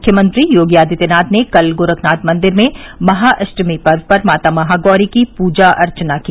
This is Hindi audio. मुख्यमंत्री योगी आदित्यनाथ ने कल गोरखनाथ मंदिर में महाअष्टमी पर्व पर माता महागौरी की पूजा अर्चना की